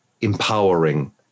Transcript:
Empowering